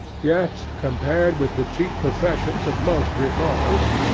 yet, compared with the cheap professions of most reformers,